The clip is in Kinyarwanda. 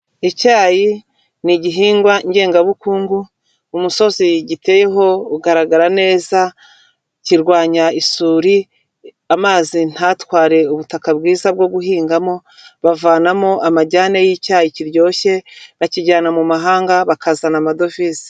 Icyayi ni igihingwa ngengabukungu, umusozi giteyeho ugaragara neza, kirwanya isuri amazi ntatware ubutaka bwiza bwo guhingamo, bavanamo amajyane y'icyayi kiryoshye, bakijyana mu mahanga bakazana amadovize.